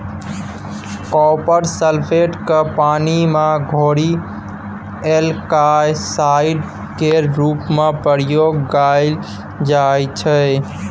copper sulphate केँ पानि मे घोरि एल्गासाइड केर रुप मे प्रयोग कएल जाइत छै